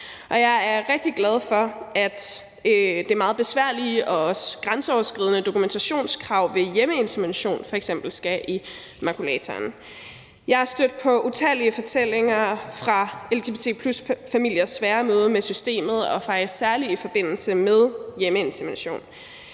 meget glad for, at det meget besværlige og også grænseoverskridende dokumentationskrav ved hjemmeinsemination skal i makulatoren. Jeg er stødt på utallige fortællinger om lgbt+-familiers svære møde med systemet og særlig i forbindelse med hjemmeinsemination.